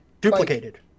duplicated